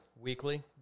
weekly